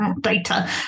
data